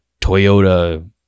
Toyota